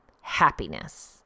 happiness